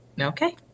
Okay